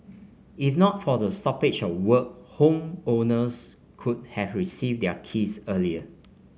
if not for the stoppage of work homeowners could have received their keys earlier